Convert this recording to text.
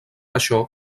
això